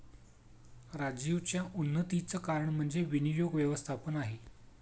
राजीवच्या उन्नतीचं कारण म्हणजे विनियोग व्यवस्थापन आहे